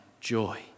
joy